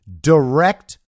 direct